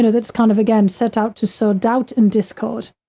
that's kind of again set out to sew doubt and discord,